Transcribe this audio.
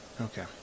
okay